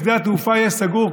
שדה התעופה יהיה סגור,